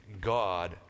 god